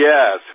Yes